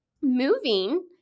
moving